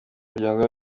muryango